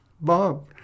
Bob